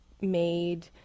made